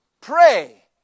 pray